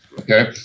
Okay